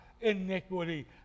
iniquity